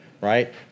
right